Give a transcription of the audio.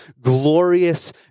glorious